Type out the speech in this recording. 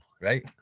right